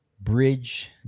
bridge